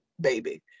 baby